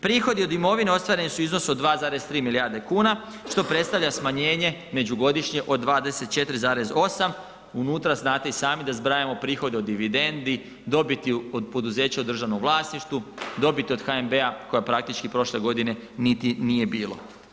Prihodi od imovine ostvareni su u iznosu od 2,3 milijarde kuna, što predstavlja smanjenje međugodišnje od 24,8, unutra znate i sami da zbrajamo prihode od dividendi, dobiti od poduzeća u državnom vlasništvu, dobiti od HNB-a koja praktički prošle godine niti nije bilo.